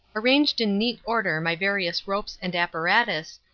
arranged in neat order my various ropes and apparatus,